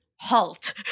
halt